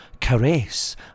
caress